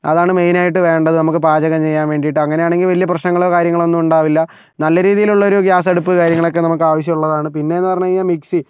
അതാണ് മെയിനായിട്ട് വേണ്ടത് നമുക്ക് പാചകം ചെയ്യാൻ വേണ്ടിയിട്ട് അങ്ങനെയാണെങ്കിൽ വലിയ പ്രശ്നങ്ങളോ കാര്യങ്ങളോ ഒന്നും ഉണ്ടാവില്ല നല്ല രീതിയിലുള്ള ഒരു ഗ്യാസടുപ്പ് കാര്യങ്ങളൊക്കെ നമുക്ക് ആവശ്യമുള്ളതാണ് പിന്നെയെന്ന് പറഞ്ഞു കഴിഞ്ഞാൽ മിക്സി